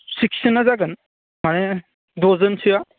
सिक्सजोना जागोन माने द'जोनसोआ